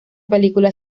película